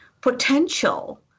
potential